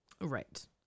Right